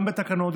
גם בתקנות,